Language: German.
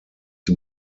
die